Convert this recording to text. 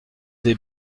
dès